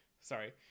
sorry